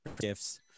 gifts